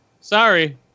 Sorry